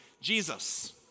Jesus